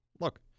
Look